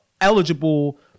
eligible